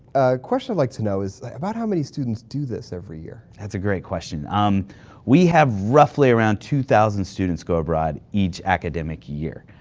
a question i'd like to know is about how many students do this every year? that's a great question. um we have roughly around two thousand students go abroad each academic year.